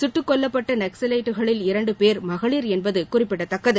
சுட்டுக்கொல்லப்பட்ட நக்சலைட்டுகளில் இரண்டு பேர் மகளிர் என்பது குறிப்பிடத்தக்கது